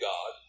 God